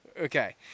Okay